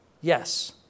Yes